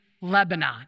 Lebanon